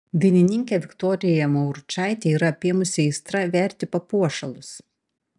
dainininkę viktoriją mauručaitę yra apėmusi aistra verti papuošalus